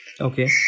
Okay